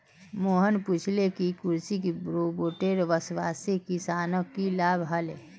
मोहन पूछले कि कृषि रोबोटेर वस्वासे किसानक की लाभ ह ले